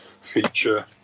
feature